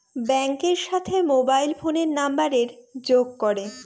ব্যাঙ্কের সাথে মোবাইল ফোনের নাম্বারের যোগ করে